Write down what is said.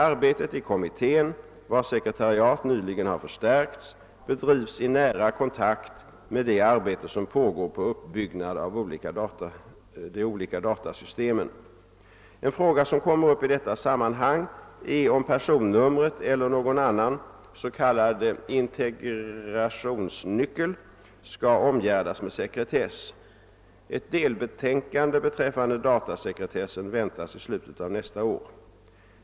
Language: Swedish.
Arbetet i kommittén, vars sekretariat nyligen har förstärkts, bedrivs i nära kontakt med det arbete som pågår på uppbyggnad av de olika datasystemen. En fråga, som kommer upp i detta sammanhang, är om personnumret eller någon annan s.k. integrationsnyckel skall omgärdas med sekretess. Ett delbetänkande beträffande datasekretessen väntas i slutet av nästa år.